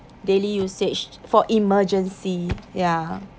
daily usage for emergency ya